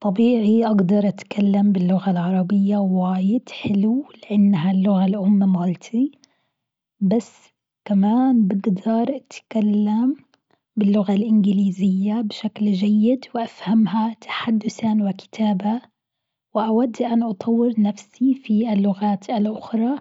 طبيعي أقدر أتكلم باللغة العربية واجد حلو لإنها اللغة الام مالتي، بس كمان بقدر اتكلم باللغة الانجليزية بشكل جيد وأفهمها تحدثًا وكتابة، وأود أن أطور نفسي في اللغات الآخرى